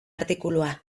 artikulua